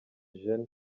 gen